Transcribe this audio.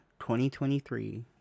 2023